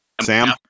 Sam